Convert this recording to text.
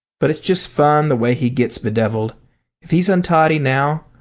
but it's just fun the way he gets bedeviled if he's untidy now,